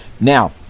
Now